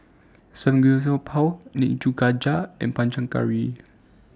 Samgyeopsal Nikujaga and Panang Curry